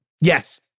Yes